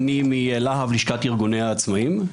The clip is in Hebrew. מלהב, לשכת ארגוני העצמאיים.